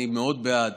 אני מאוד בעד